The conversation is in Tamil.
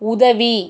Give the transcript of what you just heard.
உதவி